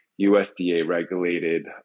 USDA-regulated